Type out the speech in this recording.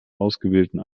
ausgewählten